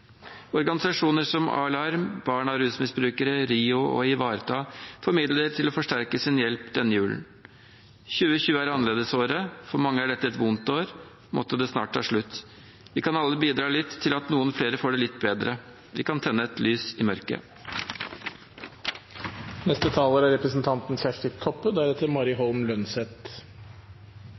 Organisasjoner som A-larm, Barn av rusmisbrukere, RIO og Ivareta får midler til å forsterke sin hjelp denne julen. 2020 er annerledesåret. For mange er dette et vondt år. Måtte det snart ta slutt. Vi kan alle bidra litt til at noen flere får det litt bedre. Vi kan tenne et lys i mørket. Korleis helse- og omsorgstenesta vår rekrutterer, er